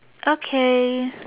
okay